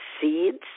seeds